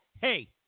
hey